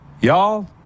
y'all